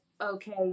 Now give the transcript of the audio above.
okay